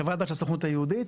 חברת בת של הסוכנות של היהודית,